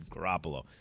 Garoppolo